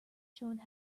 showing